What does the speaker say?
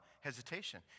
hesitation